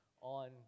on